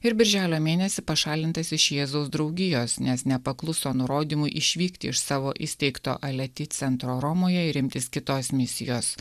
ir birželio mėnesį pašalintas iš jėzaus draugijos nes nepakluso nurodymui išvykti iš savo įsteigto aleti centro romoje ir imtis kitos misijos